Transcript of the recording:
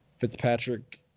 Fitzpatrick